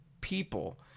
people